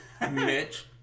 Mitch